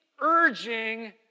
urging